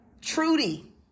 Trudy